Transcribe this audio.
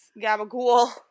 Gabagool